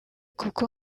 kuko